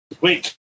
Wait